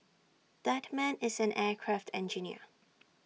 that man is an aircraft engineer